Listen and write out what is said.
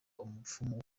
umupfumu